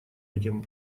этим